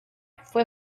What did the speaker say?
fue